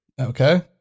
Okay